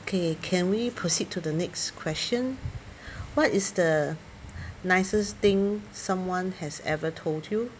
okay can we proceed to the next question what is the nicest thing someone has ever told you